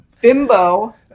bimbo